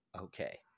okay